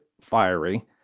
fiery